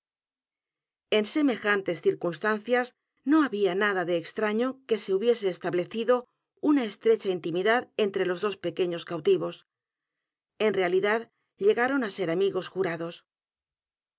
n semejantes circunstancias no había nada de extraño que se hubiese establecido una estrecha intimidad entre los dos pequeños cautivos en realidad llegaron á ser amigos